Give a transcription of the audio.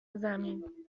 زمین